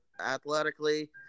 athletically